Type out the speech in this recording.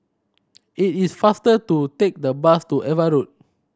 it is faster to take the bus to Ava Road